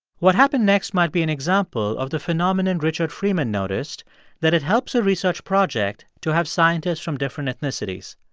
what happened next might be an example of the phenomenon richard freeman noticed that it helps a research project to have scientists from different ethnicities.